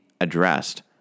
addressed